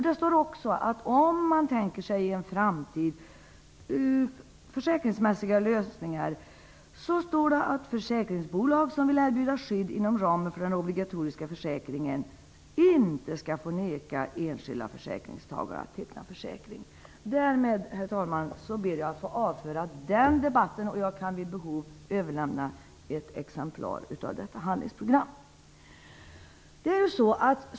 Det står också, när det gäller försäkringsmässiga lösningar i framtiden: Försäkringsbolag som vill erbjuda skydd inom ramen för den obligatoriska försäkringen får inte neka enskilda försäkringstagare att teckna försäkring. Herr talman! Därmed ber jag att få avföra den debatten. Jag kan vid behov överlämna ett exemplar av detta handlingsprogram.